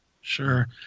sure